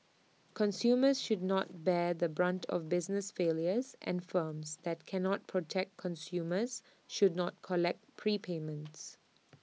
consumers should not bear the brunt of business failures and firms that cannot protect customers should not collect prepayments